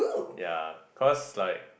ya cause like